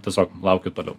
tiesiog laukiu toliau